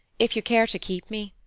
if you care to keep me.